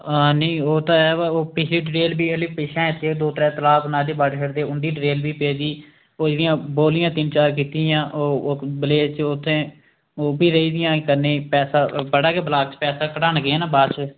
हां नेईं ओह् तां है बा ओह् पिछली डिटेल बी हाल्ली पिच्छें ऐ दो त्रै तलाऽ बनाए दे वाटर शैड्ड दे उं'दी डिटेल बी पेदी ओह् जेह्ड़ियां बौलियां तिन्न चार कीतियां ओह् बलेर च ओह् उत्थै ओह् बी रेही दियां करने गी पैसा बड़ा गै ब्लाक च पैसा कढान गै ना बाद च